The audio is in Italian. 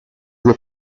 due